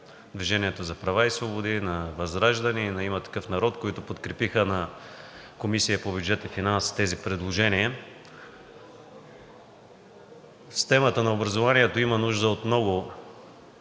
на „Движението за права и свободи“, на ВЪЗРАЖДАНЕ и на „Има такъв народ“, които подкрепиха на Комисията по бюджет и финанси тези предложения. Системата на образованието има нужда от много